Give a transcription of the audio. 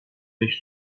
beş